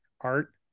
art